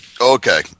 Okay